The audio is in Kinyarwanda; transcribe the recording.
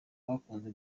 bakunze